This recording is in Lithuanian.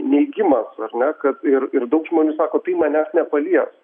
neigimas ar ne kad ir ir daug žmonių sako tai manęs nepalies